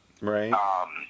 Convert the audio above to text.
Right